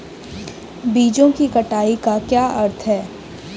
बीजों की कटाई का क्या अर्थ है?